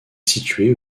située